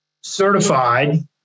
certified